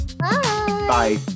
Bye